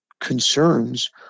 concerns